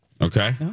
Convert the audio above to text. Okay